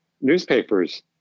newspapers